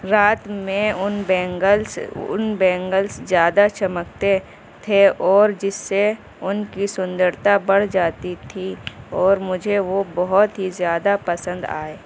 رات میں ان بینگلس ان بینگلس زیادہ چمکتے تھے اور جس سے ان کی سندرتا بڑھ جاتی تھی اور مجھے وہ بہت ہی زیادہ پسند آئے